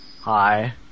hi